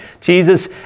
Jesus